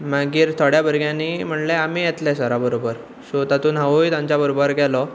मागीर थोड्या भुरग्यांनीं म्हणलें आमी येतले सरा बरोबर सो तातूंत हांवूय तांचे बरोबर गेलो